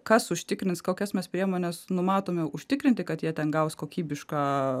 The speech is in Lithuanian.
kas užtikrins kokias mes priemones numatome užtikrinti kad jie ten gaus kokybišką